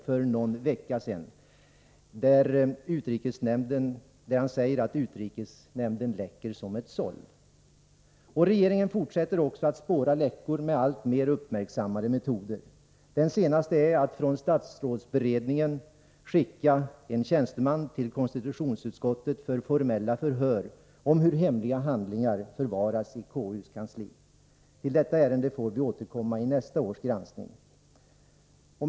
För någon vecka sedan sade han nämligen att utrikesnämnden läcker som ett såll. Regeringen fortsätter att spåra läckor med alltmer uppmärksammade metoder. Den senaste metoden är att från statsrådsberedningen skicka en tjänsteman till konstitutionsutskottet för formella förhör om hur hemliga handlingar förvaras i KU:s kansli. Till detta ärende får vi återkomma vid nästa års granskning. Fru talman!